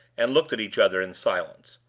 and looked at each other in silence.